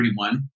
31